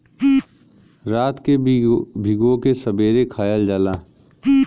रात के भिगो के सबेरे खायल जाला